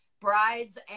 brides